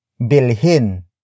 Bilhin